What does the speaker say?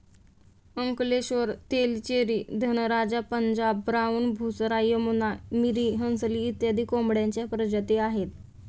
Ankleshwar, Tellicherry, Dhanraja, Punjab brown, Busra, Yamuna, Miri, Hansli इत्यादी कोंबड्यांच्या प्रजाती आहेत